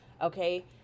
Okay